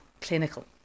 clinical